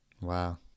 Wow